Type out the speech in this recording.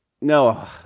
No